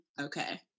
okay